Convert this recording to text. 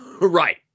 Right